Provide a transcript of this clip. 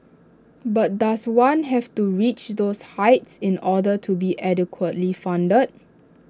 but does one have to reach those heights in order to be adequately funded